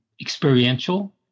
experiential